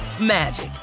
magic